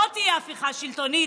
לא תהיה הפיכה שלטונית.